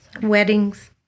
weddings